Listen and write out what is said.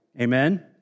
Amen